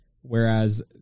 Whereas